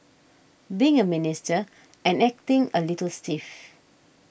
being a Minister and acting a little stiff